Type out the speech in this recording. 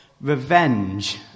revenge